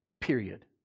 Period